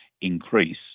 increase